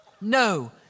No